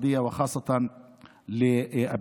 כלכלית,